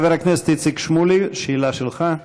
חבר הכנסת איציק שמולי, שאלה שלך.